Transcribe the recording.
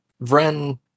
Vren